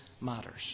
matters